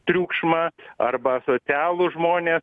triukšmą arba asocialūs žmonės